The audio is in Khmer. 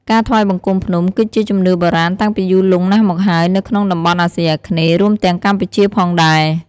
ការថ្វាយបង្គំភ្នំ គឺជាជំនឿបុរាណតាំងពីយូរលង់ណាស់មកហើយនៅក្នុងតំបន់អាស៊ីអាគ្នេយ៍ រួមទាំងកម្ពុជាផងដែរ។